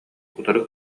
утары